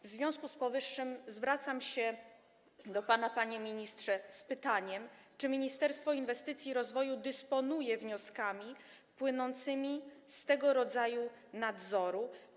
W związku z powyższym zwracam się do pana, panie ministrze, z pytaniem: Czy Ministerstwo Inwestycji i Rozwoju dysponuje wnioskami płynącymi z tego rodzaju nadzoru?